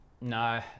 No